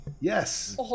Yes